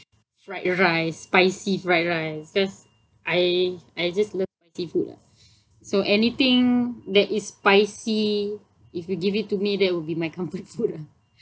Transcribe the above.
fried rice spicy fried rice just I I just love spicy food lah so anything that is spicy if you give it to me that will be my comfort food ah